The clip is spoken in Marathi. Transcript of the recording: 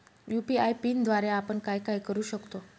यू.पी.आय पिनद्वारे आपण काय काय करु शकतो?